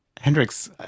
Hendrix